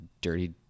dirty